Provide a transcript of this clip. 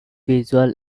visual